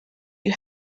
you